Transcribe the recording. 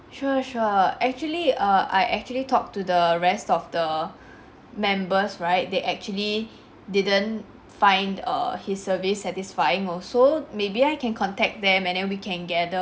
sure sure actually err I actually talked to the rest of the members right they actually didn't find err his service satisfying also maybe I can contact them and then we can gath~